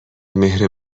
مهر